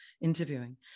interviewing